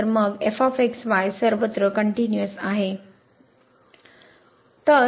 तर मग f x y सर्वत्र कनटयूनीअस आहे